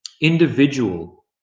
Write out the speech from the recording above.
individual